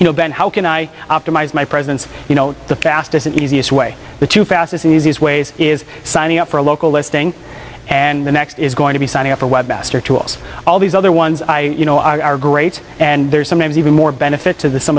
you know ben how can i optimize my presence you know the fastest and easiest way the two fastest easiest ways is signing up for a local listing and the next is going to be signing up for webmaster to us all these other ones i you know are great and there's sometimes even more benefit to the some